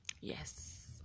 Yes